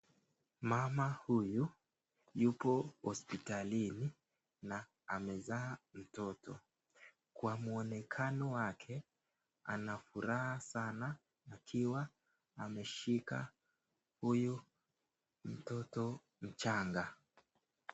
Mama huyu, yupo hospitalini, na amezaa mtoto kwa mupnekano wake, anafuraha sana akiwa ameshika huyu mtoto mchanga.